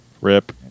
RIP